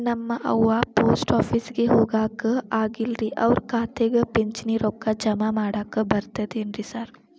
ನಮ್ ಅವ್ವ ಪೋಸ್ಟ್ ಆಫೇಸಿಗೆ ಹೋಗಾಕ ಆಗಲ್ರಿ ಅವ್ರ್ ಖಾತೆಗೆ ಪಿಂಚಣಿ ರೊಕ್ಕ ಜಮಾ ಮಾಡಾಕ ಬರ್ತಾದೇನ್ರಿ ಸಾರ್?